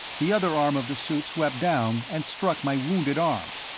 the other arm of the suit swept down and struck my wounded arm.